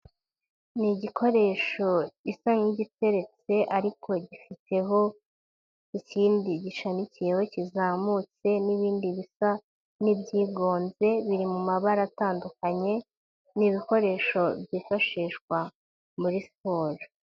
Ni igikoresho gisa nk'igiteretse ariko gifiteho ikindi gishamikiyeho kizamutse n'ibindi bisa n'ibyigonze, biri mu mabara atandukanye. Ni ibikoresho byifashishwa muri siporo.